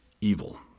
evil